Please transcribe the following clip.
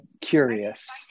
curious